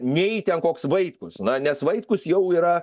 nei ten koks vaitkus na nes vaitkus jau yra